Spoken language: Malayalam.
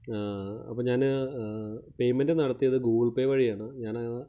അപ്പം ഞാന് പേയ്മെൻറ്റ് നടത്തിയത് ഗൂഗിൾ പേ വഴിയാണ് ഞാന്